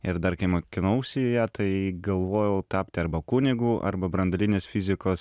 ir dar kai mokinausi joje tai galvojau tapti arba kunigu arba branduolinės fizikos